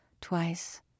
twice